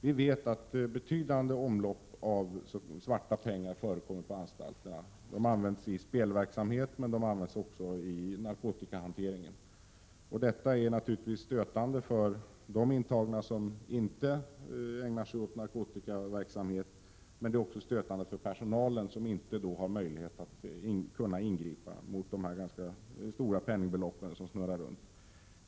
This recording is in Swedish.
Vi vet att ett betydande omlopp av svarta pengar förekommer på anstalterna. Dessa pengar används i spelverksamhet men också i samband med narkotikahantering. Detta är naturligtvis stötande för intagna som inte ägnar sig åt narkotikaverksamhet. Men det är också stötande för personalen, som inte har möjlighet att ingripa när penningbelopp, som kan vara ganska stora, snurrar runt på anstalterna.